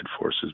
forces